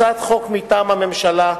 הצעת חוק מטעם הממשלה,